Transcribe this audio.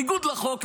בניגוד לחוק,